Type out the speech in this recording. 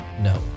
no